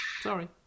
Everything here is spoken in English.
Sorry